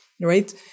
right